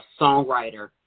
songwriter